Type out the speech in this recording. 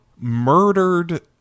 murdered